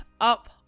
up